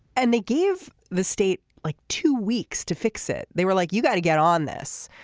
and they give the state like two weeks to fix it. they were like you got to get on this.